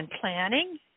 planning